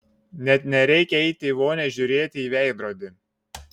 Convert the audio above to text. net nereikia eiti į vonią žiūrėti į veidrodį